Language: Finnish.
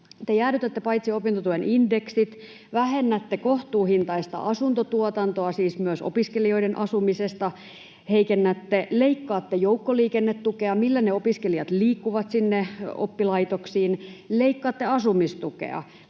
Te jäädytätte opintotuen indeksit, vähennätte kohtuuhintaista asuntotuotantoa, siis myös opiskelijoiden asumisesta heikennätte, leikkaatte joukkoliikennetukea — millä ne opiskelijat liikkuvat sinne oppilaitoksiin? — leikkaatte asumistukea,